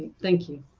thank you.